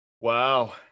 Wow